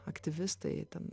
aktyvistai ten